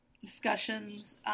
discussions